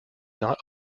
not